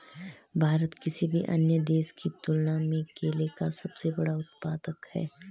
भारत किसी भी अन्य देश की तुलना में केले का सबसे बड़ा उत्पादक है